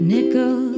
Nickel